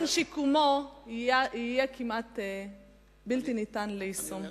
שיקומו יהיה כמעט בלתי ניתן ליישום.